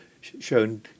shown